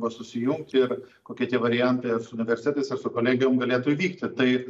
buvo susijungti ir kokie tie variantai ar su universitetais ar su kolegijom galėtų įvykti tai